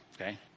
Okay